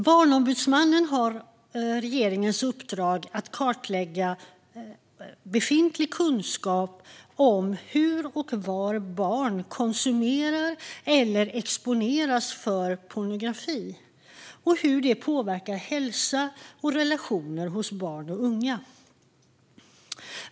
Barnombudsmannen har regeringens uppdrag att kartlägga befintlig kunskap om hur och var barn konsumerar eller exponeras för pornografi och hur det påverkar hälsa och relationer hos barn och unga.